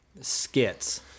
skits